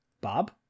bob